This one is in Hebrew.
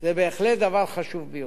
זה בהחלט דבר חשוב ביותר.